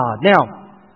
Now